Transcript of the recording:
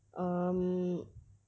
um